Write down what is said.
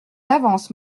avance